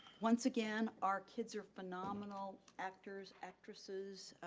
once again, our kids are phenomenal actors, actresses.